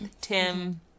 tim